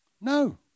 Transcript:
No